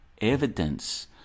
Evidence